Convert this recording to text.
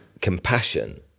compassion